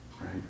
right